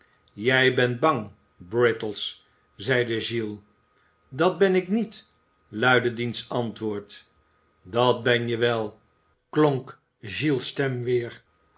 jij bent bang brittles zeide giles dat ben ik niet luidde diens antwoord dat ben je wel klonk qiles stem weer